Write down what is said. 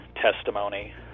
testimony